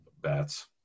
bats